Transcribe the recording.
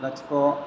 लाथिख'